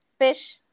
Fish